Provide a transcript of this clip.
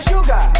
Sugar